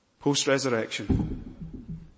post-resurrection